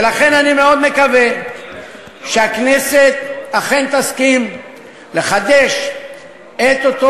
ולכן אני מאוד מקווה שהכנסת אכן תסכים לחדש את אותו